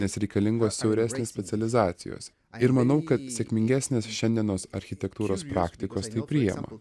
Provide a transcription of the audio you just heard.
nes reikalingos siauresnės specializacijos ir manau kad sėkmingesnis šiandienos architektūros praktikos tai priema